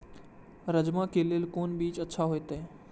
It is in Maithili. राजमा के लिए कोन बीज अच्छा होते?